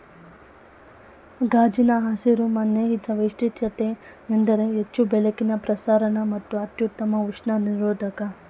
ಗಾಜಿನ ಹಸಿರು ಮನೆ ಇದ್ರ ವೈಶಿಷ್ಟ್ಯತೆಯೆಂದರೆ ಹೆಚ್ಚು ಬೆಳಕಿನ ಪ್ರಸರಣ ಮತ್ತು ಅತ್ಯುತ್ತಮ ಉಷ್ಣ ನಿರೋಧಕ